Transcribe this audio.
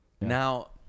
Now